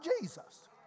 Jesus